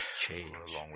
change